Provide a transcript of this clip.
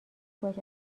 باش